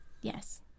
Yes